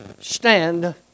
Stand